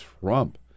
Trump